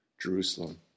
Jerusalem